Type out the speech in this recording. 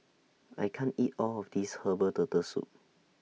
I can't eat All of This Herbal Turtle Soup